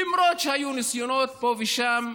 למרות שהיו ניסיונות פה ושם,